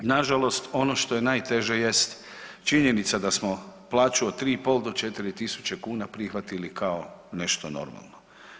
Nažalost, ono što je najteže jest činjenica da smo plaću od 3,5 do 4.000 prihvatili kao nešto normalno.